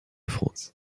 france